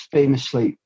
famously